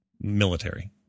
military